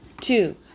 two